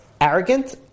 arrogant